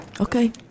Okay